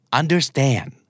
understand